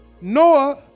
Noah